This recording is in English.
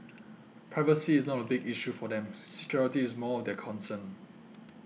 privacy is not a big issue for them security is more of their concern